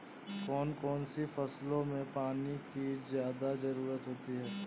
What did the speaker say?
कौन कौन सी फसलों में पानी की ज्यादा ज़रुरत होती है?